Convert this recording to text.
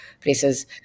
places